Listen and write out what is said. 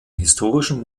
historischen